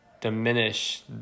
diminish